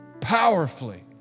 powerfully